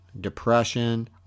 depression